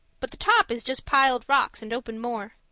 but the top is just piled rocks and open moor.